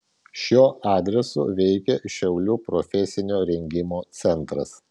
šiuo adresu veikia šiaulių profesinio rengimo centras